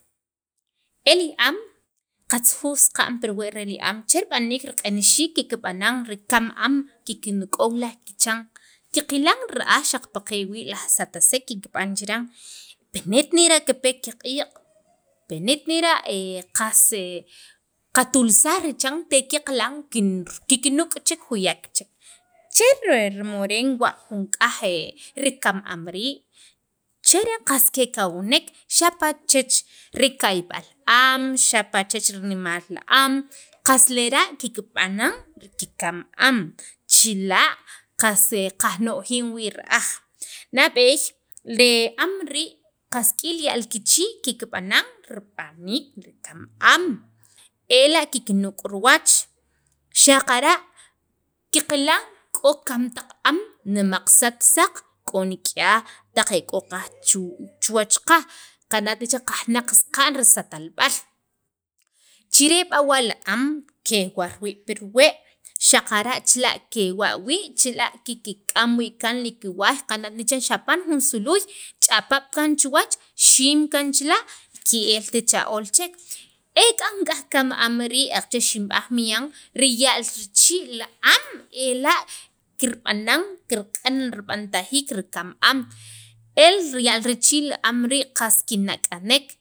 e li am qatzujuj riij pirwe' li am che rib'aniik li q'enxiik kikban li keem am kiknuk'on laj kichan qiqilan ra'aj qas pi kewi' laj satsek qab'an chiran pini't nera' kipe kiq'iik' pini't nera' qas qatulsak te qilan kiknok' chek juyaq chek cher moren wa' jun k'aj kam am rii' cheren qas kekawnek xapa' chech rikayb'al am, xapa' chech rinemaal li am qas lera' kikb'anan li kikem am, chila' qas kajno'jin wii' ra'aj nab'eey li am rii' k'i kiya' kichii' kikb'anan rib'aniik li kam am ela' kiknuk' riwach xaqara qiqilan k'o kem taq am nemaq satsaq k'o nik'yaj taq e k'o qaj chuwach qas qana' chiran qanaj saqa'n li satalb'al chirii' b'awa' li am kiwar wii' pirwe' xaqara' chila' kik'am wii' kaan kiwaay qana't ne chiran xapan jun suluuy ch'apap kaan chuwach, xim kaan chila' ki'elt cha ool chek ek'an nik'yaj kam am rii' aqache' xinb'aj miyaal riya'l richii' li am ela' kirb'anan kiq'an rib'antajiik li kam am el riya'l richii' li am rii' qas kinak'anek.